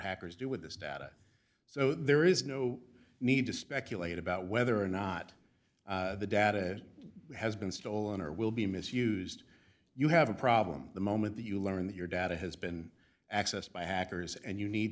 hackers do with this data so there is no need to speculate about whether or not the data has been stolen or will be misused you have a problem the moment that you learn that your data has been accessed by hackers and you need